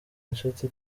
nshuti